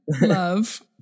Love